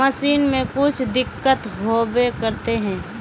Machine में कुछ दिक्कत होबे करते है?